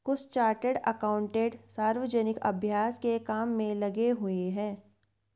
कुछ chartered accountant सार्वजनिक अभ्यास के काम में लगे हुए हैं